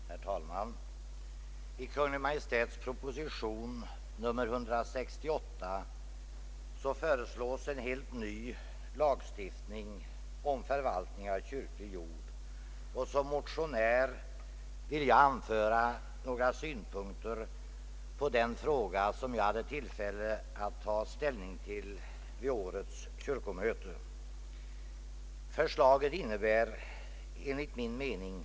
Herr talman! I Kungl. Maj:ts proposition nr 168 föreslås en helt ny lagstiftning om förvaltning av kyrklig jord. Som motionär vill jag anföra några synpunkter på den fråga som jag hade tillfälle att ta ställning till vid årets kyrkomöte. Förslaget innebär enligt min mening Ang.